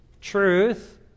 truth